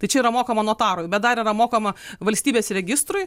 tai čia yra mokama notarui bet dar yra mokama valstybės registrui